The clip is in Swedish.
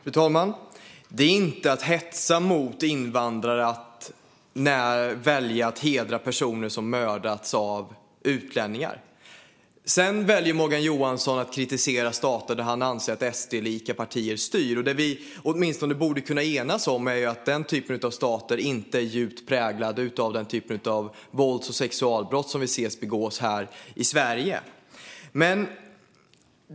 Fru talman! Det är inte att hetsa mot invandrare när jag väljer att hedra personer som mördats av utlänningar. Morgan Johansson väljer att kritisera stater där han anser att SD-liknande partier styr. Vi borde åtminstone kunna enas om att dessa stater inte är djupt präglade av den typ av vålds och sexualbrott som vi ser begås här i Sverige.